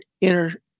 inner